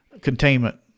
containment